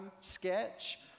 sketch